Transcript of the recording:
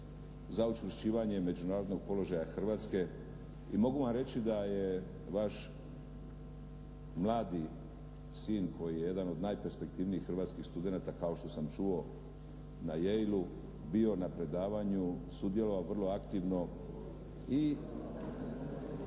za učvršćivanje međunarodnog položaja Hrvatske i mogu vam reći da je vaš mladi sin koji je jedan od najperspektivnijih hrvatskih studenata kao što sam čuo na Yale-u bio na predavanju, sudjelovao vrlo aktivno i